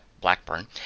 Blackburn